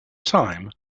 time